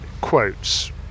quotes